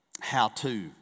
how-to